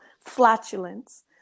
flatulence